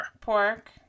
pork